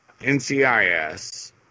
NCIS